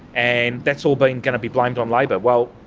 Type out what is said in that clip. and that's all but and going to be blamed on labor. well,